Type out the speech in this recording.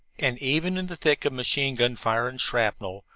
and even in the thick of machine-gun fire and shrapnel,